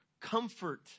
comfort